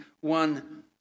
one